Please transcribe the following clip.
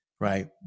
right